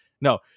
no